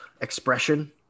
expression